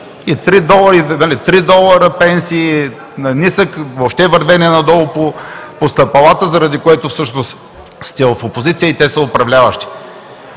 Три долара пенсии, вървене надолу по стъпалата, заради което всъщност сте в опозиция и те са управляващи.